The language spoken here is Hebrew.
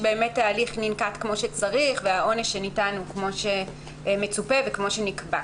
ההליך נעשה כמו שצריך והעונש שניתן הוא כמו שמצופה וכמו שנקבע.